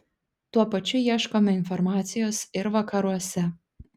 tuo pačiu ieškome informacijos ir vakaruose